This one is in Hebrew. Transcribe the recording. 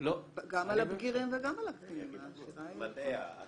לא ביקשנו בצורה מופקרת לחוקק שכל נער או בוגר שירוצה לעזוב את המועדון,